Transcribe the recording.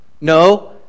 No